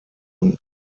und